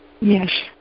Yes